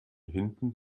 hinten